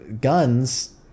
guns